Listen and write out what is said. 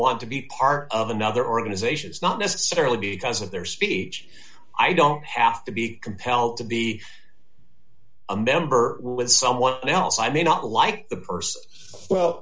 want to be part of another organization it's not necessarily because of their speech i don't have to be compelled to be a member with someone else i may not like the